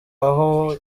aho